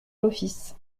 l’office